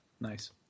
Nice